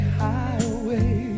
highway